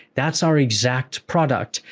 that's our exact product.